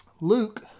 Luke